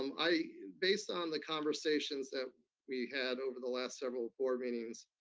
um i mean based on the conversations that we had over the last several board meetings,